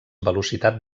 velocitat